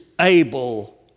able